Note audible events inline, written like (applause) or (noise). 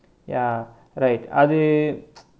ya right அது:athu (noise)